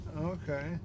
okay